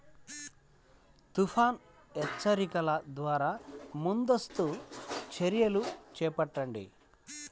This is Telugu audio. తుఫాను హెచ్చరికల ద్వార ముందస్తు చర్యలు తెలపండి?